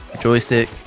Joystick